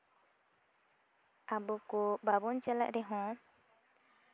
ᱟᱵᱚ ᱠᱚ ᱵᱟᱵᱚᱱ ᱪᱟᱞᱟᱜ ᱨᱮᱦᱚᱸ